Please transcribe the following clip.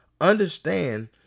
understand